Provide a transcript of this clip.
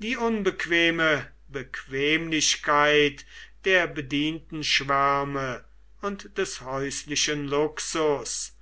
die unbequeme bequemlichkeit der bedientenschwärme und des häuslichen luxus